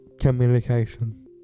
communication